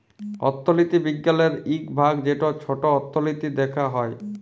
অথ্থলিতি বিজ্ঞালের ইক ভাগ যেট ছট অথ্থলিতি দ্যাখা হ্যয়